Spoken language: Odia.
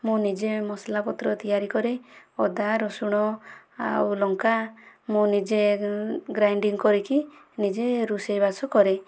ମୁଁ ନିଜେ ମସଲା ପତ୍ର ତିଆରି କରେ ଅଦା ରସୁଣ ଆଉ ଲଙ୍କା ମୁଁ ନିଜେ ଗ୍ରାଇଣ୍ଡିଙ୍ଗ କରିକି ନିଜେ ରୋଷେଇ ବାସ କରେ